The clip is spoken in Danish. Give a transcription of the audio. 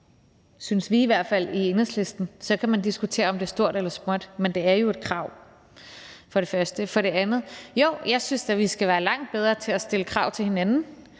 synes vi i Enhedslisten i hvert fald. Så kan man diskutere, om det er et lille eller et stort krav, men det er jo et krav. For det andet: Jo, jeg synes da, at vi skal være langt bedre til at stille krav til hinanden.